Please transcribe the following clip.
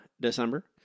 December